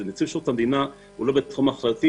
נציב שירות המדינה הוא לא בתחום אחריותי.